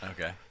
Okay